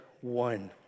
one